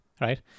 right